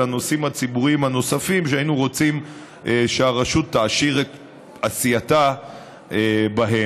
הנושאים הציבוריים הנוספים שהיינו רוצים שהרשות תעשיר את עשייתה בהם.